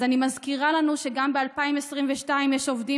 אז אני מזכירה לנו שגם ב-2022 יש עובדים